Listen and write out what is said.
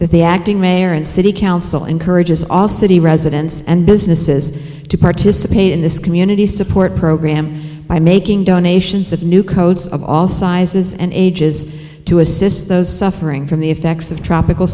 that the acting mayor and city council encourages all city residents and businesses to participate in this community support program by making donations of new codes of all sizes and ages to assist those suffering from the effects of tropical